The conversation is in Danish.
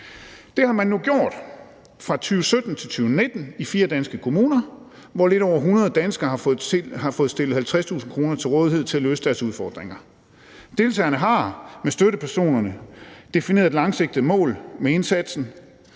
Det har man nu gjort fra 2017-2019 i fire danske kommuner, hvor lidt over 100 danskere har fået stillet 50.000 kr. til rådighed til at løse deres udfordringer. Deltagerne har sammen med støttepersonerne fået defineret et langsigtet mål med indsatsen